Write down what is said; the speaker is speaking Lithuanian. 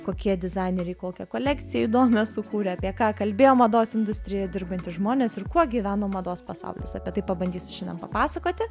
kokie dizaineriai kokią kolekciją įdomią sukūrė apie ką kalbėjo mados industrijoje dirbantys žmonės ir kuo gyveno mados pasaulis apie tai pabandysiu šiandien papasakoti